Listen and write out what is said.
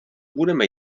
budeme